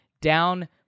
down